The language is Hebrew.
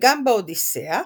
וגם באודיסיאה